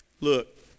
Look